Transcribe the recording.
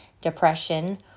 depression